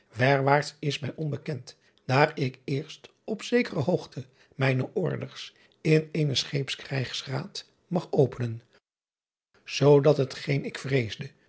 erwaarts is mij onbekend daar ik eerst op zekere hoogte mijne orders in eenen scheepskrijgsraad mag openen oodat hetgeen ik vreesde